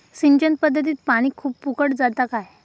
सिंचन पध्दतीत पानी खूप फुकट जाता काय?